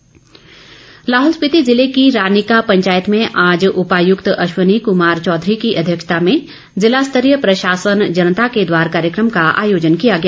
कार्यक्रम लाहौल स्पिति जिले की रानीका पंचायत में आज उपायुक्त अश्वनी कुमार चौधरी की अध्यक्षता में जिला स्तरीय प्रशासन जनता के द्वार कार्यक्रम का आयोजन किया गया